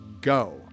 go